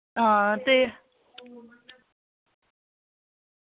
हां ते